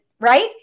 right